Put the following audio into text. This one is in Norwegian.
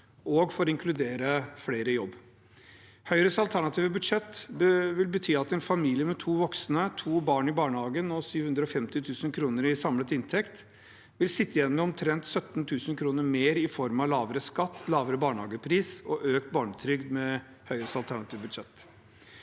og for å inkludere flere i jobb. Høyres alternative budsjett vil bety at en familie med to voksne, to barn i barnehagen og 750 000 kr i samlet inntekt vil sitte igjen med omtrent 17 000 kr mer i form av lavere skatt, lavere barnehagepris og økt barnetrygd. Vårt alternative budsjett